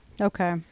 Okay